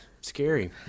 Scary